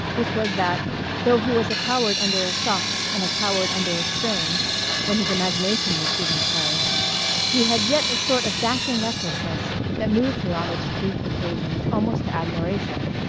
which was that though he was a coward under a shock and a coward under a strain when his imagination was given play he had yet a sort of dashing recklessness that moved her on its brief occasions almost to admiration,